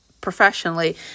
professionally